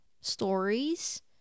stories